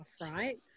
Right